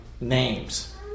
names